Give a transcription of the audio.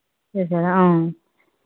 చేశారా